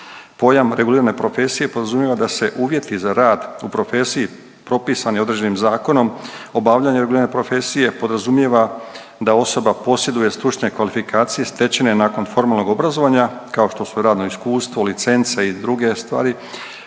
Pojam regulirane profesije podrazumijeva da se uvjeti za rad u profesiji propisani određenim zakonom obavljanje u ime profesije podrazumijeva da osoba posjeduje stručne kvalifikacije stečene nakon formalnog obrazovanja kao što su radno iskustvo, licence i druge stvari.